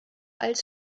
als